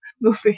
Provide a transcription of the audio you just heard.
movie